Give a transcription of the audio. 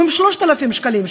או עם 3,000 שקלים,